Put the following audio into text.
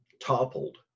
toppled